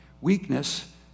weakness